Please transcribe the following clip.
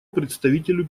представителю